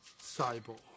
Cyborg